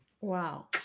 Wow